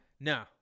No